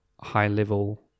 high-level